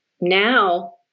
Now